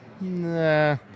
Nah